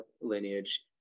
lineage